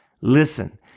Listen